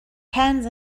hands